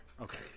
Okay